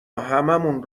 هممون